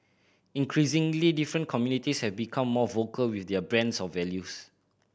increasingly different communities have become more vocal with their brand of values